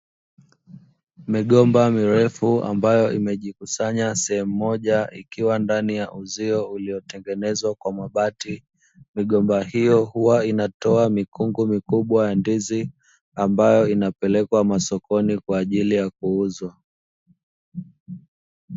Migomba mirefu ambayo imejikusanya sehemu moja ikiwa ndani ya uzio uliyotengenezwa kwa mabati. Migomba hiyo huwa inatoa mikungu mikubwa ya ndizi ambayo inapelekwa masokoni kwa ajili ya kuuzwa.